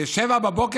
"ב-07:00 בבוקר.